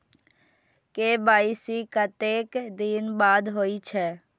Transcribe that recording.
KYC कतेक दिन बाद होई छै?